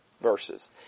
verses